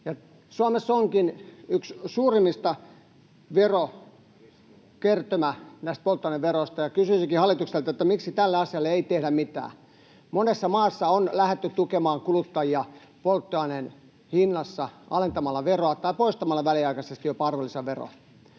Suomessa yksi suurimmista verokertymistä onkin näistä polttoaineveroista. Kysyisinkin hallitukselta: miksi tälle asialle ei tehdä mitään? Monessa maassa on lähdetty tukemaan kuluttajia polttoaineen hinnassa alentamalla veroa tai jopa poistamalla arvonlisävero